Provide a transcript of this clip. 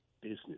business